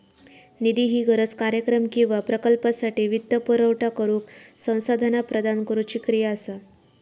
निधी ही गरज, कार्यक्रम किंवा प्रकल्पासाठी वित्तपुरवठा करुक संसाधना प्रदान करुची क्रिया असा